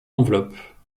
l’enveloppe